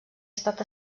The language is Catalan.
estat